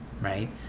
right